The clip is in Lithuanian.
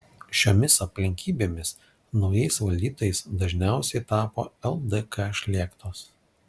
šiomis aplinkybėmis naujais valdytojais dažniausiai tapo ldk šlėktos